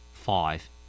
Five